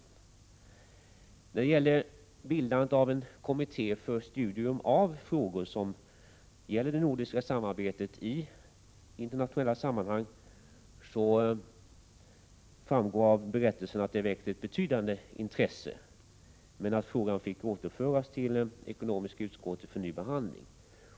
Det framgår av berättelsen att frågan av bildandet av en kommitté för studium av frågor som gäller det nordiska samarbetet i internationella sammanhang väckte ett betydande intresse men att frågan fick återföras till ekonomiska utskottet för ny behandling.